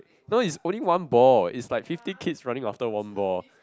no is only one ball is like fifty kids running after one ball